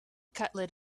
cutlet